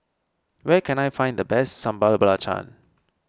where can I find the best Sambal Belacan